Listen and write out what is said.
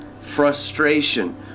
frustration